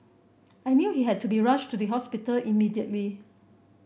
I knew he had to be rushed to the hospital immediately